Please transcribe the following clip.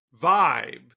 vibe